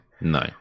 No